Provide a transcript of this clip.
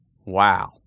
Wow